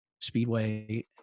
Speedway